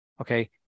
Okay